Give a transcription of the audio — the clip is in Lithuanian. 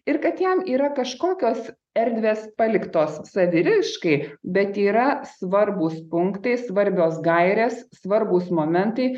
ir kad jam yra kažkokios erdvės paliktos saviraiškai bet yra svarbūs punktai svarbios gairės svarbūs momentai